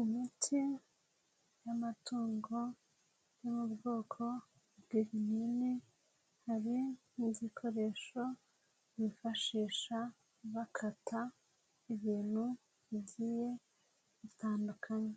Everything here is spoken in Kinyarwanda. Imiti y'amatungo yo mu bwoko bw'ibinini, hari n'igikoresho bifashisha bakata ibintu bigiye bitandukanye,